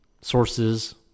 sources